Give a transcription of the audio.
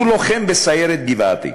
הוא לוחם בסיירת גבעתי.